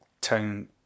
Tone